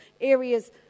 areas